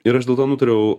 ir aš dėl to nutariau